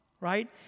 right